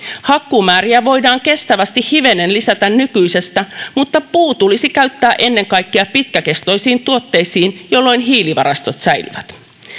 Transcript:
hakkuumääriä voidaan kestävästi hivenen lisätä nykyisestä mutta puu tulisi käyttää ennen kaikkea pitkäkestoisiin tuotteisiin jolloin hiilivarastot säilyvät